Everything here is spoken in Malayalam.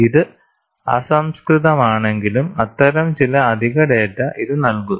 ഇത് അസംസ്കൃതമാണെങ്കിലും അത്തരം ചില അധിക ഡാറ്റ ഇത് നൽകുന്നു